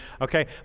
okay